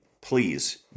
Please